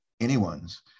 anyone's